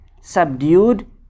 subdued